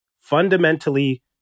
fundamentally